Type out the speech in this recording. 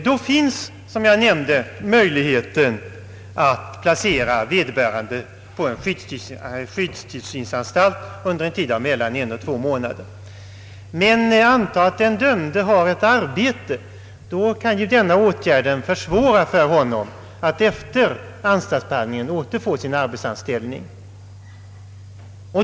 Då finns, som jag nämnde, möjligheten att placera vederbörande på en skyddstillsynsanstalt under en tid av mellan en och två månader. Har den dömde ett arbete kan emellertid denna åtgärd försvåra för honom att efter anstaltsbehandlingen återfå detta.